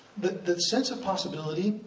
the the sense of possibility,